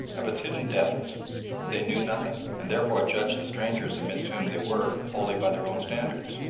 of its hidden depths they knew nothing, and therefore judged the strangers amidst whom they were wholly by their own standards.